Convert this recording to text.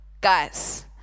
guys